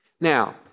Now